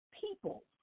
people